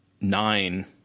Nine